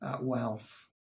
wealth